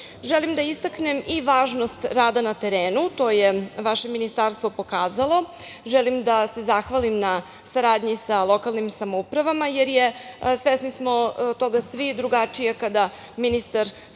da istaknem i važnost rada na terenu. To je vaše ministarstvo pokazalo. Želim da se zahvalim na saradnji sa lokalnim samoupravama, jer smo svi svesni da je drugačije kada se ministar